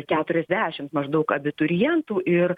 keturiasdešimt maždaug abiturientų ir